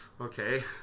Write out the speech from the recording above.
Okay